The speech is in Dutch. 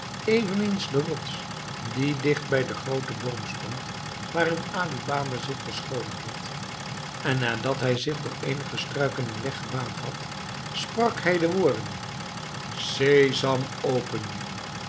eveneens de rots die dicht bij den grooten boom stond waarin ali baba zich verscholen had en nadat hij zich door eenige struiken een weg gebaand had sprak hij de woorden